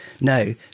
No